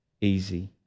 easy